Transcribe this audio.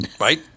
Right